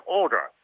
order